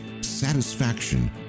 satisfaction